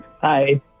Hi